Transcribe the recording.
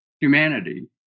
humanity